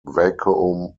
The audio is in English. vacuum